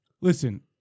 listen